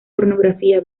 pornografía